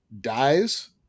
dies